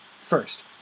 first